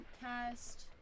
cast